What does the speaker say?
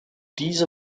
diese